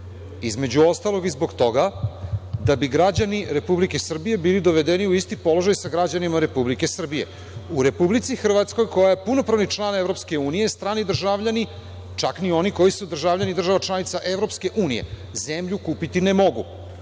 između ostalog i zbog toga da bi građani Republike Srbije bili dovedeni u isti položaj sa građanima Republike Srbije. U Republici Hrvatskoj koja je punopravni član EU strani državljani, čak ni oni koji su državljani država članica EU zemlju kupiti ne mogu.U